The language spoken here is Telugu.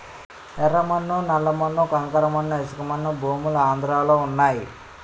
యెర్ర మన్ను నల్ల మన్ను కంకర మన్ను ఇసకమన్ను భూములు ఆంధ్రలో వున్నయి